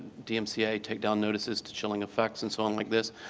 dmca takedown notices to chilling effects, and so on like this.